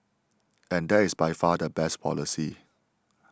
and that is by far the best policy